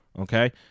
Okay